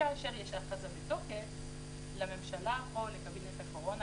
כאשר יש הכרזה בתוקף לממשלה או לקבינט הקורונה,